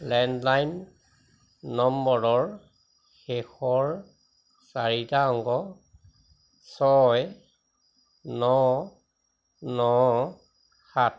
landline নম্বৰৰ শেষৰ চাৰিটা অংক ছয় ন ন সাত